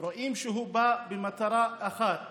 שהוא בא במטרה אחת,